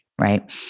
Right